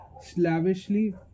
slavishly